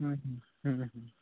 হুম হুম হুম হু হুম